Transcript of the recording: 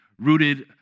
rooted